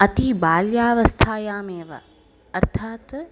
अतिबाल्यावस्थायामेव अर्थात्